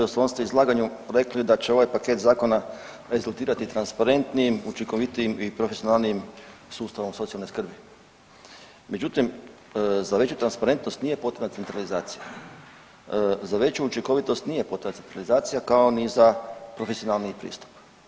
U svom ste izlaganju rekli da će ovaj paket zakona rezultirati transparentnijim, učinkovitijim i profesionalnijim sustavom socijalne skrbi, međutim za veću transparentnosti nije potrebna centralizacija, za veću učinkovitost nije potrebna centralizacija kao ni za profesionalniji pristup.